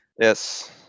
Yes